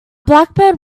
blackbird